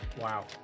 Wow